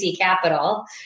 Capital